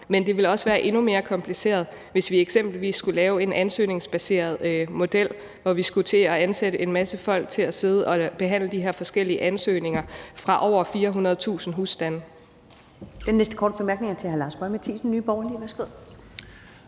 det også ville være endnu mere kompliceret, hvis vi eksempelvis skulle lave en ansøgningsbaseret model, hvor vi skulle til at ansætte en masse folk til at sidde og behandle de her forskellige ansøgninger fra over 400.000 husstande.